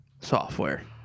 software